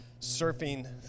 surfing